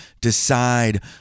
decide